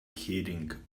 heading